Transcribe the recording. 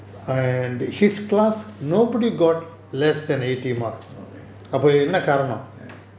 okay